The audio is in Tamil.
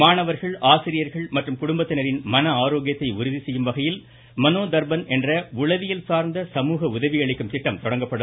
மாணவர்கள் ஆசிரியர்கள் மற்றும் குடும்பத்தினரின் மன ஆரோக்கியத்தை உறுதி செய்யும் வகையில் மனோதர்பன் என்ற உளவியல் சார்ந்த சமூக உதவி அளிக்கும் திட்டம் தொடங்கப்படும்